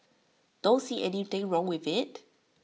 don't see anything wrong with IT